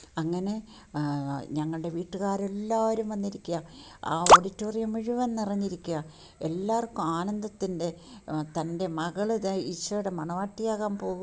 അങ്ങനെ ഞങ്ങളുടെ വീട്ടുകാർ എല്ലാവരും വന്നിരിക്കുക ആ ഓഡിറ്റോറിയം മുഴുവൻ നിറഞ്ഞിരിക്കുക എല്ലാവർക്കും ആനന്ദത്തിൻ്റെ തൻ്റെ മകൾ ദേ ഈശോയുടെ മണവാട്ടിയാകാൻ പോകുന്നു